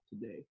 today